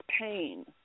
pain